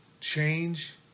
change